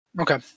Okay